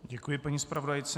Děkuji paní zpravodajce.